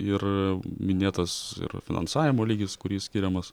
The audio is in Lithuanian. ir minėtas ir finansavimo lygis kuris skiriamas